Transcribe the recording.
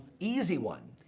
easy one,